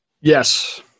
Yes